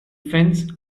fence